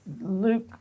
Luke